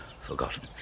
forgotten